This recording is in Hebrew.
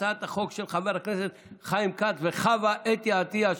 הצעת החוק של חבר הכנסת חיים כץ וחוה אתי עטייה,